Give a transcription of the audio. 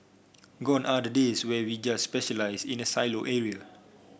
gone are the days where we just specialise in a silo area